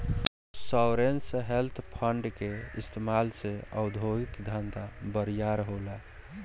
sovereign wealth fund के इस्तमाल से उद्योगिक धंधा बरियार होला